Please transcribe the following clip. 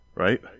Right